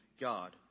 God